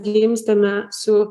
gimstame su